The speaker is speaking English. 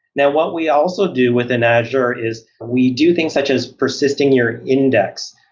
now what we also do within azure is we do things such as persisting your index,